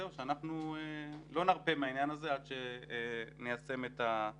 אנחנו לא נרפה מהעניין הזה עד שניישם את כל